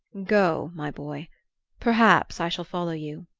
go, my boy perhaps i shall follow you.